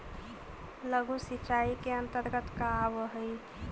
लघु सिंचाई के अंतर्गत का आव हइ?